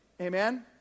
Amen